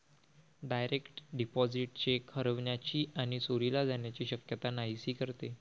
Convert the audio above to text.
direct deposit cheque हरवण्याची आणि चोरीला जाण्याची शक्यता नाहीशी करते